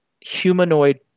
humanoid